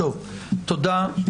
תודה.